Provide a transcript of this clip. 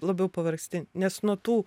labiau pavargsti nes nuo tų